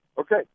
Okay